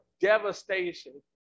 devastation